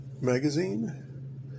Magazine